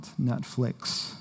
Netflix